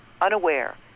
unaware